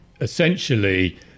essentially